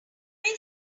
keep